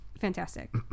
fantastic